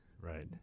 Right